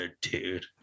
Dude